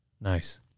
Nice